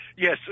Yes